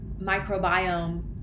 microbiome